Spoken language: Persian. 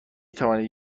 توانید